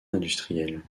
industriel